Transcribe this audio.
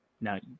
now